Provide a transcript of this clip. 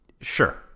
Sure